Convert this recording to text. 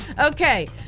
Okay